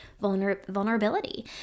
vulnerability